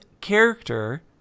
character